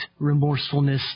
remorsefulness